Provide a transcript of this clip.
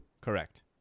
correct